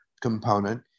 component